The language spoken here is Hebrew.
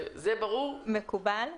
מקובל.